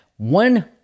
one